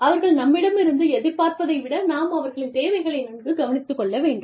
அவர்கள் நம்மிடமிருந்து எதிர்பார்ப்பதை விட நாம் அவர்களின் தேவைகளை நன்கு கவனித்துக் கொள்ள வேண்டும்